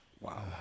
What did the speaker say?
Wow